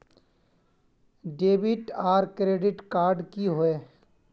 Debit आर credit card की होय?